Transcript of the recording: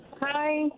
Hi